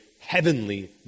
heavenly